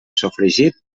sofregit